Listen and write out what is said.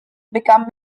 become